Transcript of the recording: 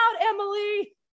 Emily